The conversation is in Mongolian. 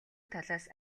талаас